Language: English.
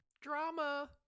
Drama